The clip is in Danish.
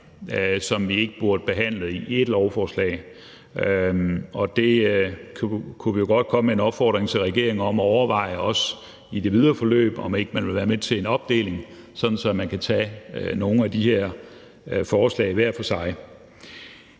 som vi ikke burde behandle i ét lovforslag, og vi kunne jo godt komme med en opfordring til regeringen om at overveje, også i det videre forløb, om man ikke vil være med til en opdeling, så man kan tage nogle af de her forslag hver for sig.